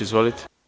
Izvolite.